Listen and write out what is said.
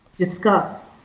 Discuss